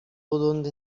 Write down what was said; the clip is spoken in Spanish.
donde